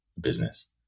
business